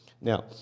Now